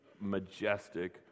majestic